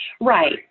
Right